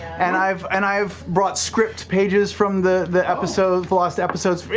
and i've and i've brought script pages from the the episodes, lost episodes.